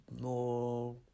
more